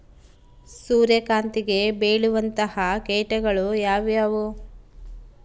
ಸೂರ್ಯಕಾಂತಿಗೆ ಬೇಳುವಂತಹ ಕೇಟಗಳು ಯಾವ್ಯಾವು?